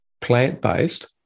plant-based